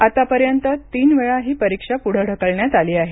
आतापर्यंत तीन वेळा ही परीक्षा पुढं ढकलण्यात आली आहे